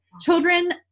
Children